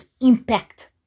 impact